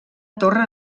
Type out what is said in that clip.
torre